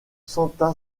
santa